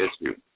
issue